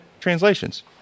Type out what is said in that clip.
translations